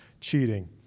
cheating